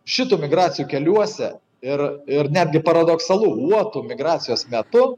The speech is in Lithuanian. šitų migracijų keliuose ir ir netgi paradoksalu uotų migracijos metu